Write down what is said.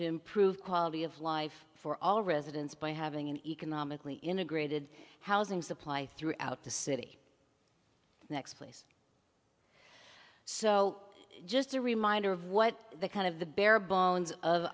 to improve quality of life for all residents by having an economically integrated housing supply throughout the city next place so just a reminder of what the kind of the bare bones of